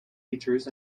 features